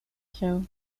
się